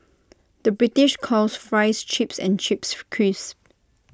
the British calls Fries Chips and Chips Crisps